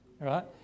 right